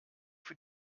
für